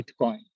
Bitcoin